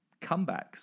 comebacks